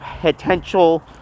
potential